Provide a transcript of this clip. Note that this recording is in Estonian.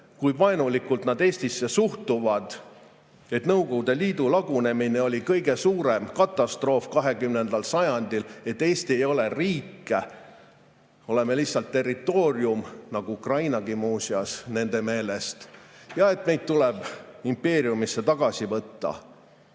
kui vaenulikult nad Eestisse suhtuvad, et Nõukogude Liidu lagunemine oli kõige suurem katastroof 20. sajandil, et Eesti ei ole riik, oleme lihtsalt territoorium – nagu Ukrainagi muuseas nende meelest – ja et meid tuleb impeeriumisse tagasi võtta.